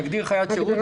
נגדיר "חיית שירות".